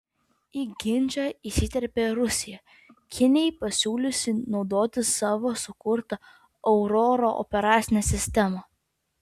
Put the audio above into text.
į ginčą įsiterpė rusija kinijai pasiūliusi naudotis savo sukurta aurora operacine sistema